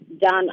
done